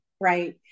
right